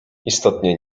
istotnie